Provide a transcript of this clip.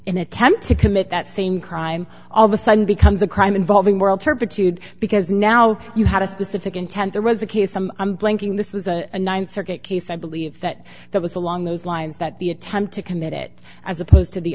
in attempt to commit that same crime all of a sudden becomes a crime involving moral turpitude because now you had a specific intent there was a case some i'm blanking this was a th circuit case i believe that that was along those lines that the attempt to commit it as opposed to the